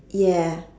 ya